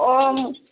অঁ